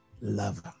lover